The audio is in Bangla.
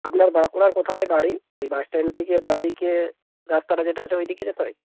আপনার বাঁকুড়ার কোথায় বাড়ি ওই বাসস্ট্যান্ড থেকে বাঁদিকে রাস্তাটা যেটা আছে ওই দিকে যেতে হয়